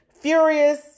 furious